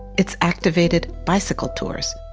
it's activated bicycle tours.